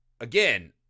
again